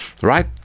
right